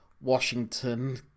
Washington